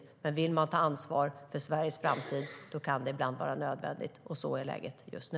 Om man vill ta ansvar för Sveriges framtid kan det dock ibland vara nödvändigt, och så är läget just nu.